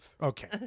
Okay